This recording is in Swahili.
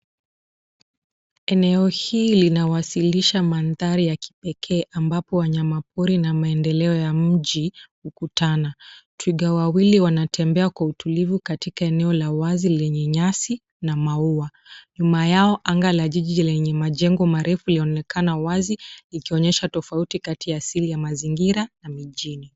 Eneo hii linawasilisha mandhari ya kipekee ambapo wanyama pori na maendeleo ya mji hukutana. Twiga wawili wanatembea kwa utulivu katika eneo la wazi lenye nyasi na maua. Nyuma yao, anga la jiji lenye majengo marefu linaonekana wazi ikionyesha tofauti kati ya asili ya mazingira na mijini.